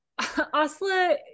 Asla